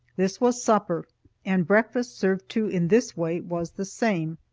this was supper and breakfast, served too in this way was the same.